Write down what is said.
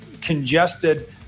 congested